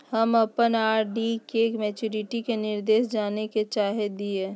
हम अप्पन आर.डी के मैचुरीटी के निर्देश जाने के चाहो हिअइ